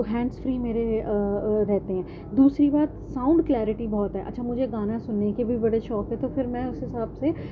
hands free میرے رہتے ہیں دوسری بات ساؤنڈ کلیرٹی بہت ہے اچھا مجھے گانا سننے کے بھی بڑے شوق ہیں تو پھر میں اس حساب سے